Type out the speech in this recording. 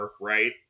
right